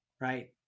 right